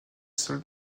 seul